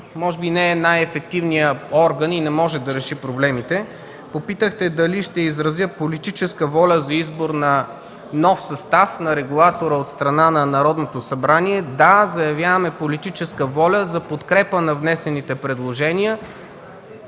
но тя не е най-ефективният орган и не може да реши проблемите. Попитахте дали ще изразя политическа воля за избор на нов състав на регулатора от страна на Народното събрание? Да, заявяваме политическа воля за подкрепа на внесените предложения